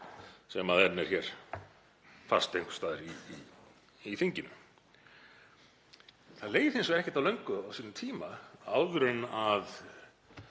sem hann er með hér fast einhvers staðar í þinginu. Það leið hins vegar ekkert á löngu á sínum tíma áður en